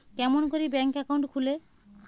কেমন করি bank account খুলে?